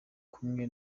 kumwe